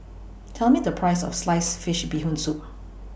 Tell Me The Price of Sliced Fish Bee Hoon Soup